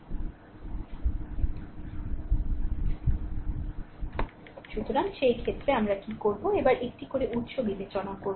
সুতরাং সেই ক্ষেত্রে আমরা কী করব একবারে একটি করে উৎস বিবেচনা করব